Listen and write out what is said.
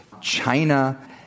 China